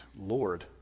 Lord